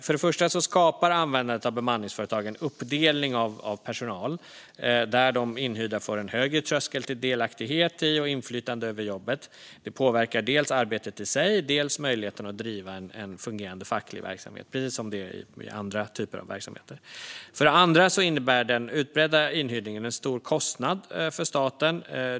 För det första skapar användandet av bemanningsföretagen en uppdelning av personal där de inhyrda får en högre tröskel till delaktighet i och inflytande över jobbet. Det påverkar dels arbetet i sig, dels möjligheten att driva en fungerande facklig verksamhet, precis som det är i andra typer av verksamheter. För det andra innebär den utbredda inhyrningen en stor kostnad för staten.